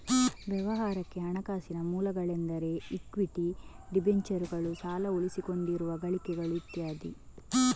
ವ್ಯವಹಾರಕ್ಕೆ ಹಣಕಾಸಿನ ಮೂಲಗಳೆಂದರೆ ಇಕ್ವಿಟಿ, ಡಿಬೆಂಚರುಗಳು, ಸಾಲ, ಉಳಿಸಿಕೊಂಡಿರುವ ಗಳಿಕೆಗಳು ಇತ್ಯಾದಿ